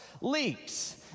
leaks